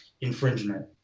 infringement